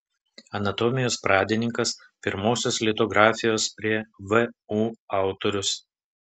anatomijos pradininkas pirmosios litografijos prie vu autorius